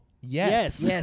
Yes